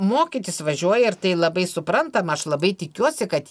mokytis važiuoja ir tai labai suprantama aš labai tikiuosi kad